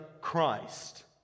Christ